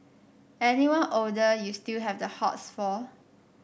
anyone older you still have the hots for